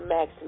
Max